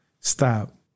Stop